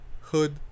Hood